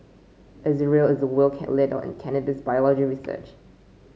Israel is a world leader in cannabis biology research